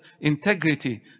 integrity